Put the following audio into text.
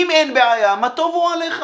אם אין בעיה, מה טובו אוהליך.